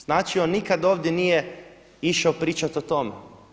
Znači, on nikada ovdje nije išao pričati o tome.